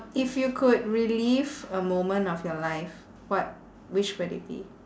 if you could relive a moment of your life what which would it be